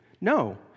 No